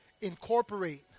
Incorporate